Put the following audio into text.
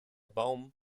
baum